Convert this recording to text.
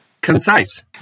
Concise